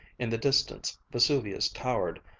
in the distance vesuvius towered,